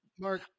Mark